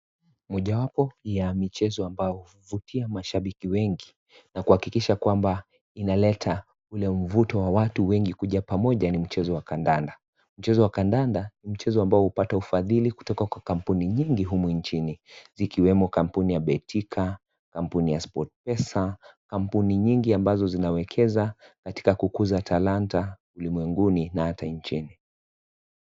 Mojawapo ya michezo ambayo huvutia mashabiki wengi na kuhakikisha kwamba inaleta ule mvuto wa watu wengi kuja pamoja ni mchezo wa kandanda. Mchezo wa kandanda ni mchezo ambao hupata ufadhili kutoka kampuni nyingi huku nchini ikiwemo kampuni ya betika, kampuni ya sportpesa, kampuni nyingi ambazo zinawekeza katika kukuza talanta ulimwenguni na hata nchini.